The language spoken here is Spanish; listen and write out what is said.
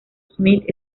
smith